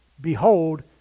behold